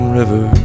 river